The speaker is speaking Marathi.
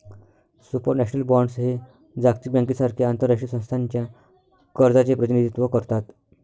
सुपरनॅशनल बॉण्ड्स हे जागतिक बँकेसारख्या आंतरराष्ट्रीय संस्थांच्या कर्जाचे प्रतिनिधित्व करतात